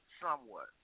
somewhat